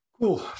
Cool